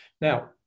Now